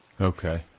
Okay